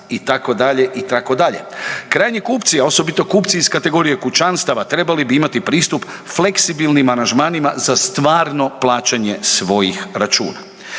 Krajnji kupci, a osobito kupci iz kategorije kućanstava trebali bi imati pristup fleksibilnim aranžmanima za stvarno plaćanje svojih računa.